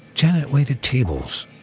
janet waited tables,